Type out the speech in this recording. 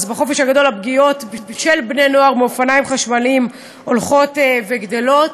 אז בחופש הגדול הפגיעות של בני-נוער מאופניים חשמליים הולכות וגדלות.